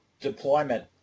Deployment